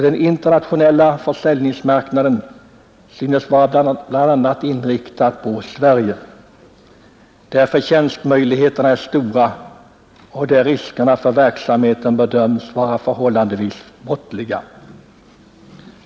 Den internationella försäljningsmarknaden synes vara inriktad på bl.a. Sverige där förtjänstmöjligheterna är stora och där riskerna för verksamheten bedöms vara förhållandevis måttliga.